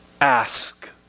ask